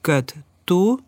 kad tu